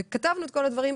כתבנו את כל הדברים.